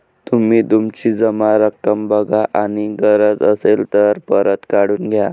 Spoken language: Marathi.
तुम्ही तुमची जमा रक्कम बघा आणि गरज असेल तर परत काढून घ्या